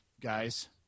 Guys